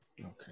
Okay